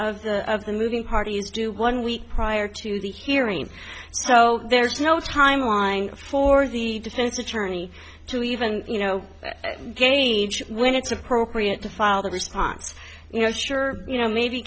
motion of the moving parties do one week prior to the hearing so there's no timeline for the defense attorney to even you know again each when it's appropriate to file the response you know sure you know maybe